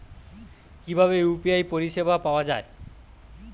কিভাবে ইউ.পি.আই পরিসেবা পাওয়া য়ায়?